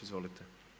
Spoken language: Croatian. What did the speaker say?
Izvolite.